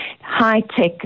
high-tech